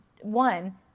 one